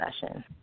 session